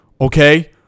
okay